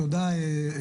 קודם כל תודה היו"ר,